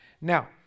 Now